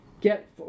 get